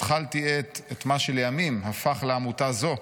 התחלתי את מה שלימים הפך לעמותה זו,